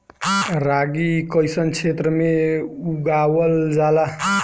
रागी कइसन क्षेत्र में उगावल जला?